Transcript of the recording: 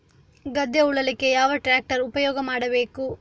ಗದ್ದೆ ಉಳಲಿಕ್ಕೆ ಯಾವ ಟ್ರ್ಯಾಕ್ಟರ್ ಉಪಯೋಗ ಮಾಡಬೇಕು?